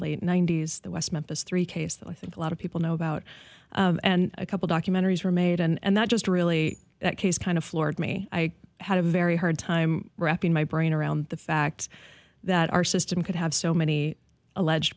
late ninety's the west memphis three case that i think a lot of people know about and a couple documentaries were made and that just really that case kind of floored me i had a very hard time wrapping my brain around the fact that our system could have so many alleged